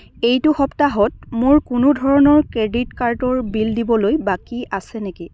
এইটো সপ্তাহত মোৰ কোনো ধৰণৰ ক্ৰেডিট কাৰ্ডৰ বিল দিবলৈ বাকী আছে নেকি